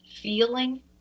feeling